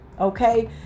Okay